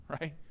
right